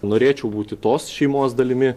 norėčiau būti tos šeimos dalimi